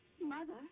Mother